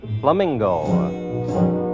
Flamingo